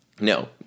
No